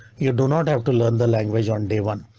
you do not have to learn the language on day one.